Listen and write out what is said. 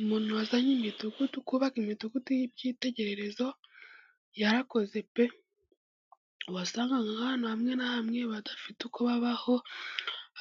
Umuntu wazanye imidugudu, kubaka imidugudu y'ibyitegererezo yarakoze pe! wasangaga hamwe na hamwe badafite uko babaho